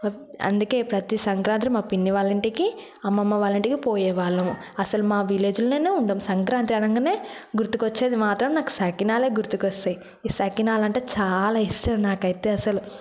అందుకే ప్రతి సంక్రాంతికి మా పిన్ని వాళ్ళ ఇంటికి అమ్మమ్మ వాళ్ళ ఇంటికి పోయే వాళ్ళము అసలు మా విలేజ్లోనే ఉండం సంక్రాంతి అనగానే గుర్తుకొచ్చేది మాత్రం నాకు సకినాలే గుర్తుకు వస్తాయి ఈ సకినాలు అంటే చాలా ఇష్టం నాకైతే అసలు